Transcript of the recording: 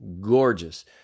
gorgeous